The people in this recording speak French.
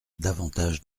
davantage